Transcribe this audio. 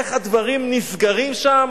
איך הדברים נסגרים שם?